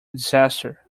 disaster